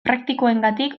praktikoengatik